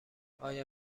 آیا